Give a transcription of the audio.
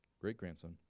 great-grandson